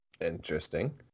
Interesting